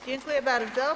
Dziękuję bardzo.